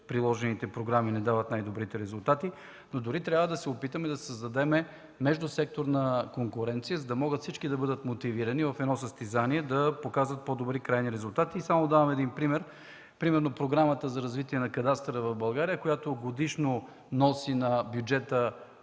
приложените програми не дават най-добрите резултати, но дори трябва да се опитаме да създадем междусекторна конкуренция, за да могат всички да бъдат мотивирани в едно състезание да показват по-добри крайни резултати. Само ще дам един пример: Програмата за развитие на кадастъра в България, която годишно носи на бюджета